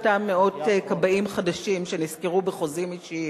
אותם מאות כבאים חדשים שנשכרו בחוזים אישיים,